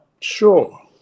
sure